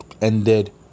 ended